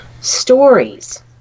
stories